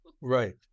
Right